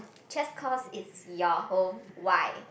just cause it's your home why